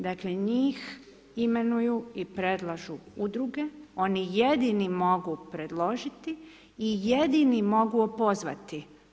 Dakle njih imenuju i predlažu udruge, oni jedini mogu predložiti i jedini mogu opozvati.